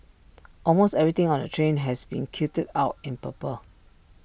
almost everything on the train has been kitted out in purple